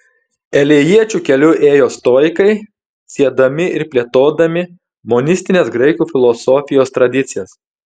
elėjiečių keliu ėjo stoikai siedami ir plėtodami monistinės graikų filosofijos tradicijas